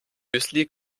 müsli